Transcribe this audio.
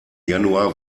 januar